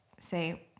say